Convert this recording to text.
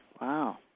Wow